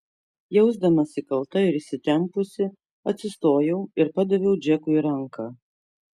jausdamasi kalta ir įsitempusi atsistojau ir padaviau džekui ranką